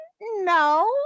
no